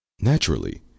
Naturally